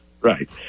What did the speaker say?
Right